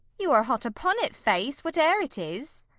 you are hot upon it, face, whate'er it is!